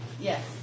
Yes